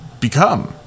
become